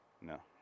No